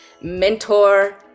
mentor